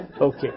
Okay